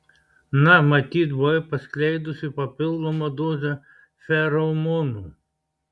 na matyt buvai paskleidusi papildomą dozę feromonų